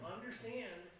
Understand